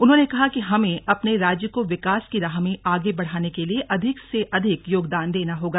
उन्होंने कहा कि हमें अपने राज्य को विकास की राह में आगे बढ़ाने के लिए अधिक से अधिक योगदान देना होगा